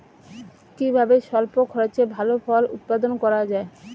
কিভাবে স্বল্প খরচে ভালো ফল উৎপাদন করা যায়?